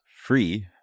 free